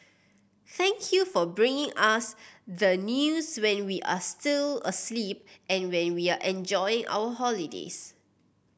thank you for bringing us the news when we are still asleep and when we are enjoying our holidays